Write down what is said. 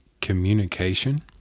communication